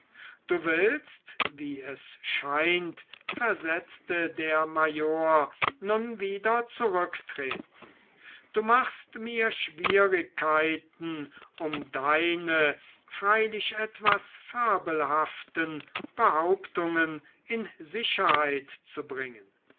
du willst wie es scheint versetzte der major nun wieder zurücktreten du machst mir schwierigkeiten um deine freilich etwas fabelhaften behauptungen in sicherheit zu bringen